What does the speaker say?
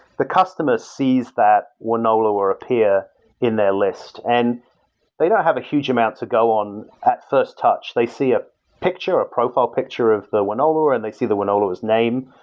the customer sees that wonoloer appear in their list. and they don't have a huge amount to go on at first touch. they see a picture or a profile picture of the wonoloer and they see the wonoloer s name.